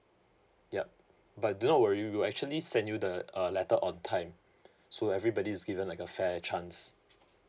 yup but do not worry we'll actually send you the uh letter on time so everybody is given like a fair chance